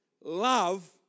Love